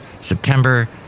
September